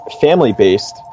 family-based